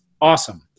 awesome